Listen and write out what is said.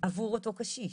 עבור אותו קשיש.